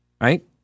right